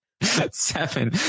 Seven